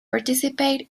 participate